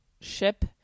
Ship